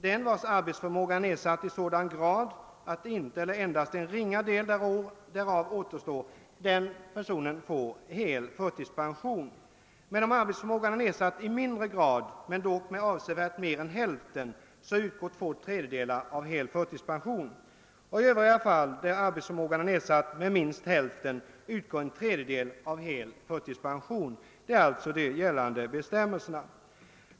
Den vars arbetsförmåga är nedsatt i sådan grad att intet eller endast ringa del därav återstår får hel förtidspension. Om arbetsförmågan är nedsatt i mindre grad men dock med avsevärt mer än hälften utgår två tredjedelar av hel förtidspension. I övriga fall där arbetsförmågan är nedsatt med minst hälften utgår en tredjedel av hel förtidspension.» Det är alltså de gällande bestämmelserna.